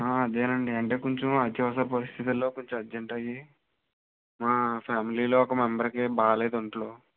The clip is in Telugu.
అదే అండి అంటే కొంచెం అత్యవసర పరిస్ధితులలో కొంచెం అర్జెంట్ అయ్యి మా ఫ్యామిలిలో ఒక మెంబరుకి ఏమి బాగలేదు ఒంట్లో